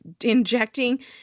injecting